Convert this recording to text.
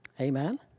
Amen